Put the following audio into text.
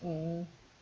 mm